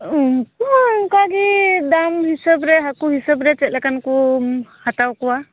ᱩᱱᱠᱩ ᱦᱚᱸ ᱚᱱᱠᱟ ᱜᱮ ᱫᱟᱢ ᱦᱤᱥᱟᱹᱵᱽ ᱨᱮ ᱦᱟᱹᱠᱩ ᱦᱤᱥᱟᱹᱵᱽ ᱨᱮ ᱪᱮᱫ ᱞᱮᱠᱟᱱ ᱠᱚᱢ ᱦᱟᱛᱟᱣ ᱠᱚᱣᱟ